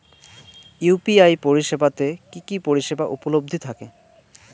UPI পরিষেবা তে কি কি পরিষেবা উপলব্ধি থাকে?